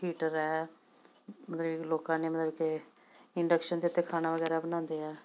heater ਹੈ ਮਤਲਬ ਕਿ ਲੋਕਾਂ ਨੇ ਮਤਲਬ ਕਿ ਇੰਡਕਸ਼ਨ ਦੇ ਉੱਤੇ ਖਾਣਾ ਵਗੈਰਾ ਬਣਾਉਂਦੇ ਆ